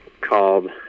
called